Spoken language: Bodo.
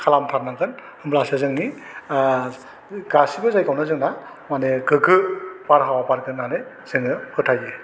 खालामथारनांगोन होमब्लासो जोंनि ओह गासिबो जायगायावनो जोंहा दा माने गोग्गो बारहावा बारगोन होन्नानै जोङो फोथायो